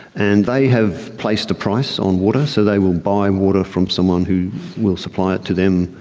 and they have placed a price on water, so they will buy and water from someone who will supply it to them.